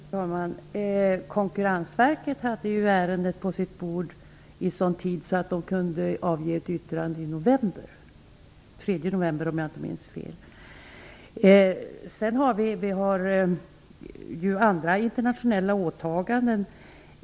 Fru talman! Konkurrensverket hade detta ärende på sitt bord i sådan tid att verket kunde avge ett yttrande den 3 november. Vi har också andra internationella åtaganden.